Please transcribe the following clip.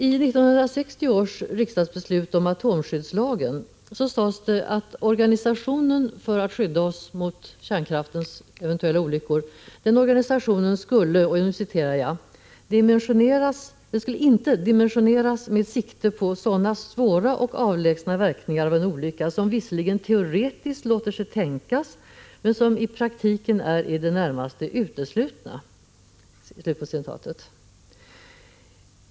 11960 års riksdagsbeslut om atomskyddslagen sades det att organisationen för att skydda oss mot kärnkraftens eventuella olyckor inte skulle ”dimensioneras med sikte på sådana svåra och avlägsna verkningar av en olycka som visserligen teoretiskt låter sig tänkas men som i praktiken är i det närmaste uteslutna”.